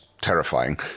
terrifying